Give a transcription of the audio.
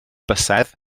bysedd